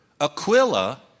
Aquila